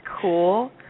cool